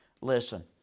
Listen